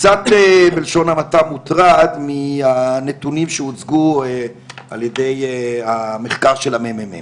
קצת בלשון המעטה מוטרד מהנתונים שהוצגו על ידי המחקר של הממ"מ